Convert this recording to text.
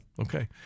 Okay